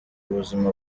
ubuzima